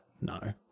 No